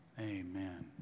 Amen